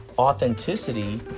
Authenticity